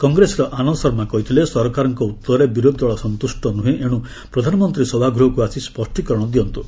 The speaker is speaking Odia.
କଂଗ୍ରେସର ଆନନ୍ଦ ଶର୍ମା କହିଥିଲେ ସରକାରଙ୍କ ଉତ୍ତରରେ ବିରୋଧୀ ଦଳ ସନ୍ତୁଷ୍ଟ ନୁହେଁ ଏଣୁ ପ୍ରଧାନମନ୍ତ୍ରୀ ସଭାଗୃହକୁ ଆସି ସ୍ୱଷ୍ଟିକରଣ ଦିଅନ୍ତୁ